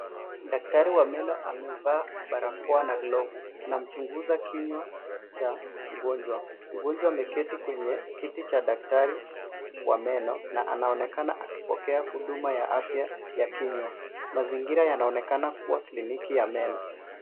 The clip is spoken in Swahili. Daktari wa meno amevaa barakoa na glavu, anamchunguza kinywa cha mgonjwa. Mgonjwa ameketi kwenye kiti cha daktari wa meno na anaonekana akipokea huduma ya afya ya kinywa. Mazingira yanaonekana kuwa kliniki ya meno.